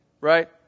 right